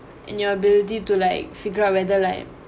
and your ability to like figure out whether like